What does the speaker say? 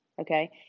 Okay